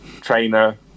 trainer